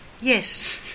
Yes